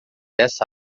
essa